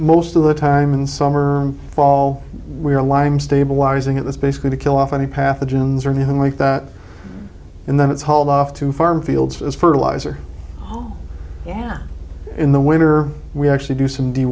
most of the time in summer fall we are limes stabilizing it was basically to kill off any pathogens or anything like that and then it's hauled off to farm fields as fertilizer in the winter we actually do some